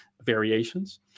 variations